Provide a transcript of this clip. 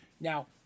Now